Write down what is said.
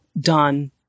done